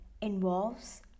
involves